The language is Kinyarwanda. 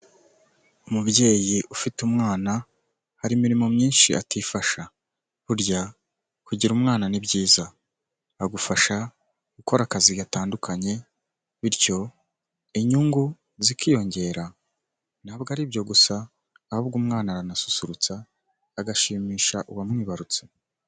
Umubyeyi ufite umwana, hari imirimo myinshi atifasha, burya kugira umwana ni byiza, agufasha gukora akazi gatandukanye, bityo inyungu zikiyongera. Ntabwo ari ibyo gusa ahubwo umwana aranasusurutsa, agashimisha uwamwibarutse.